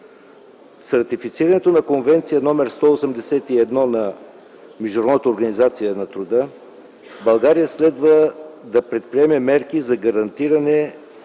С ратифицирането на Конвенция № 181 на Международната организация на труда България следва да предприеме мерки за гарантиране